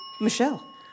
Michelle